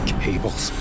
cables